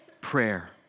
prayer